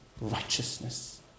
righteousness